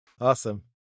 Awesome